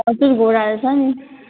हजुर घोडाहरू छ नि